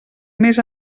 més